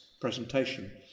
presentation